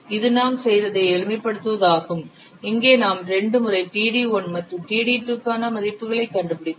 இது நாம் செய்ததை எளிமைப்படுத்துவதாகும் இங்கே நாம் 2 முறை td1 மற்றும் td2 க்கான மதிப்புகளைக் கண்டுபிடித்தோம்